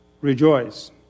rejoice